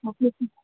okay sir